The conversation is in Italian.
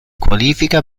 qualifica